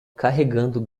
carregando